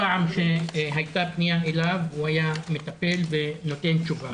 שהייתה פנייה אליו הוא היה מטפל ונותן תשובה.